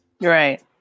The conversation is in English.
Right